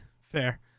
fair